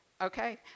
Okay